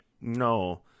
No